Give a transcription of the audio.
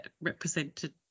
represented